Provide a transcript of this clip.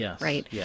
Right